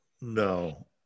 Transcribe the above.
no